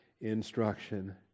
instruction